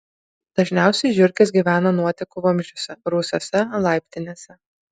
dažniausiai žiurkės gyvena nuotekų vamzdžiuose rūsiuose laiptinėse